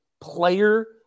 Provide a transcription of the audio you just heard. player